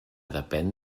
depèn